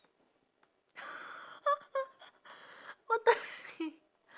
what the